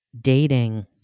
dating